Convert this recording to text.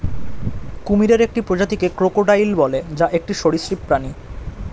কুমিরের একটি প্রজাতিকে ক্রোকোডাইল বলে, যা একটি সরীসৃপ প্রাণী